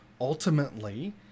ultimately